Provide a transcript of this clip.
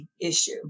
issue